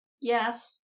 Yes